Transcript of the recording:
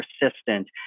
persistent